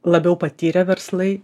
labiau patyrę verslai